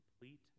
complete